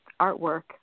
artwork